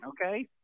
okay